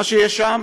מה שיש שם,